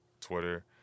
Twitter